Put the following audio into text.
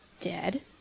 dead